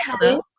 hello